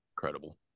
Incredible